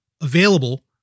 available